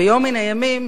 ביום מן הימים,